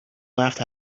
laughed